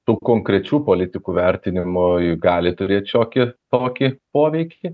tų konkrečių politikų vertinimai gali turėti šiokį tokį poveikį